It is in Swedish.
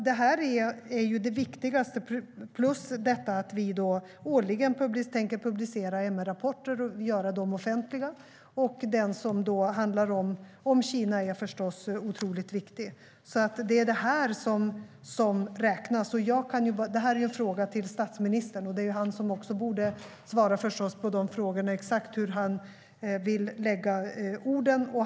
Detta är det viktigaste, plus detta att vi årligen tänker publicera MR-rapporter och göra dem offentliga. Den som handlar om Kina är förstås otroligt viktig. Det är detta som räknas. Det här är en fråga till statsministern, och det är förstås han som också borde svara på frågorna om hur han exakt vill lägga orden.